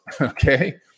Okay